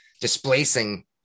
displacing